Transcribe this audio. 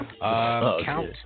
Count